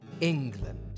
England